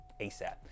ASAP